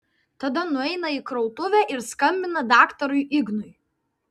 tada nueina į krautuvę ir skambina daktarui ignui